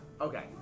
Okay